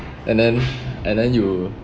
and then and then you